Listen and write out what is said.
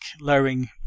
lowering